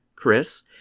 Chris